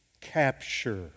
capture